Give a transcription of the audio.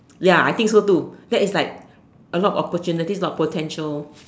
ya I think so too that is like a lot opportunities and potential